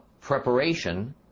Preparation